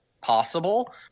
possible